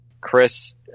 chris